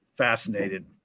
fascinated